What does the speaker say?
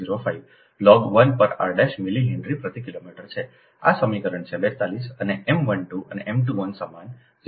4605 log 1 પર r millihenry પ્રતિ kilometre છે આ સમીકરણ છે 42 અને M 12 અને M 21 સમાન 0